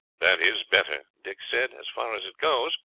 that is better, dick said, as far as it goes.